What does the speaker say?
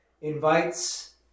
invites